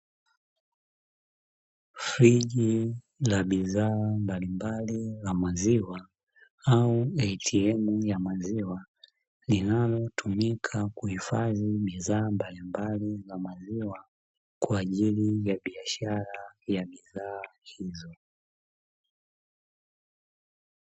Friji la bidhaa mbalimbali la maziwa au "ATM", ya maziwa linalotumika kuhifadhi bidhaa mbalimbali za maziwa kwa ajili ya biashara ya bidhaa hizo.